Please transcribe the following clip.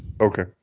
okay